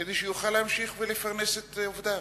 כדי שיוכל להמשיך ולפרנס את עובדיו.